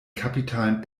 kapitalen